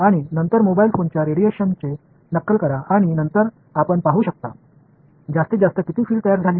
आणि नंतर मोबाईल फोनच्या रेडिएशनचे नक्कल करा आणि नंतर आपण पाहू शकता जास्तीत जास्त किती फील्ड तयार झाली